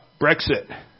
Brexit